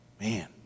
Man